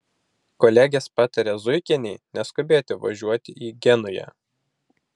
kolegės patarė zuikienei neskubėti važiuoti į genują